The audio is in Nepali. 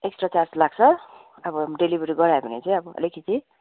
एक्स्ट्रा चार्ज लाग्छ अब होम डिलिभेरी गरायो भने चाहिँ अब अलिकति